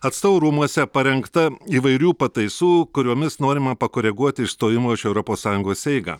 atstovų rūmuose parengta įvairių pataisų kuriomis norima pakoreguoti išstojimo iš europos sąjungos eigą